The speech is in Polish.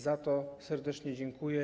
Za to serdecznie dziękuję.